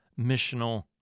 missional